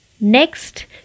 Next